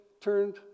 turned